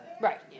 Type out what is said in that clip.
Right